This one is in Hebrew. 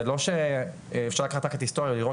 זה לא שאפשר לקחת רק את היסטוריה ולראות